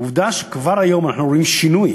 עובדה שכבר היום אנחנו רואים שינוי